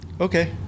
Okay